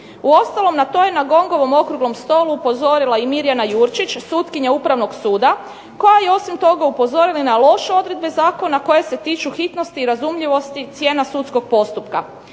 Uostalom to je na GONg-ovom okruglom stolu upozorila i Mirjana Jurčić sutkinja Upravnog suda koja je osim toga upozorila na loše odredbe zakona koje se tiču hitnosti i razumljivosti cijena sudskog postupka.